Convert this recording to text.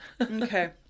Okay